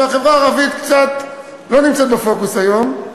והחברה הערבית קצת לא נמצאת בפוקוס היום,